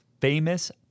famous